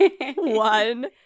one